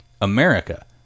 America